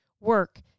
work